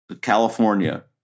California